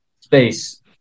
Space